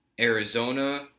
Arizona